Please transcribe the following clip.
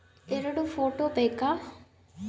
ಎರಡು ಫೋಟೋ ಬೇಕಾ?